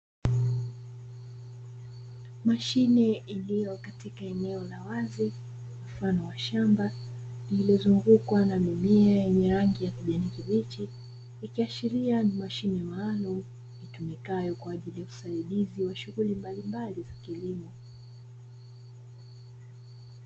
Mashine iliyokatika eneo la wazi mfano wa shamba lililozungukwa na mimea yenye rangi ya kijani kibichi, ikiashiria ni mashine maalumu itumikayo kwa ajili ya usaidizai wa shughuli mbalimbali za kilimo.